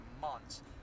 months